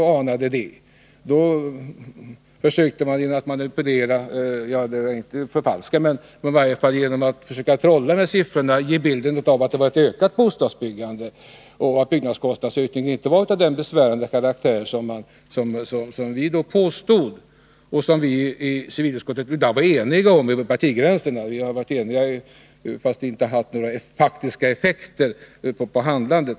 Genom att trolla med, men inte förfalska, siffrorna försökte man ge en bild av att det skedde ett ökat bostadsbyggande och att byggnadskostnadsökningen inte var av den besvärande karaktär som vi påstod, trots att vi ibland var eniga om prisutvecklingen över partigränserna i civilutskottet. Vi har varit eniga fast det inte haft några faktiska effekter på handlandet.